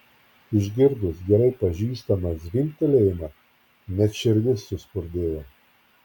išgirdus gerai pažįstamą zvimbtelėjimą net širdis suspurdėjo